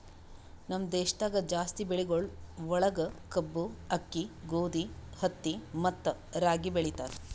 ನಮ್ ದೇಶದಾಗ್ ಜಾಸ್ತಿ ಬೆಳಿಗೊಳ್ ಒಳಗ್ ಕಬ್ಬು, ಆಕ್ಕಿ, ಗೋದಿ, ಹತ್ತಿ ಮತ್ತ ರಾಗಿ ಬೆಳಿತಾರ್